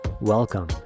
Welcome